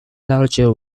larger